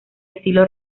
estilo